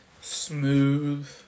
Smooth